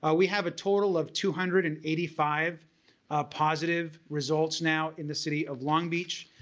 ah we have a total of two hundred and eighty five positive results now in the city of long beach.